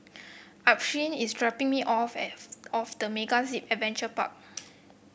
Alphonsine is dropping me off at off the MegaZip Adventure Park